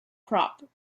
crop